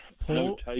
Paul